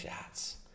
shots